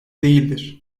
değildir